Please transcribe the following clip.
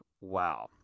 Wow